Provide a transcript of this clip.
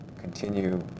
continue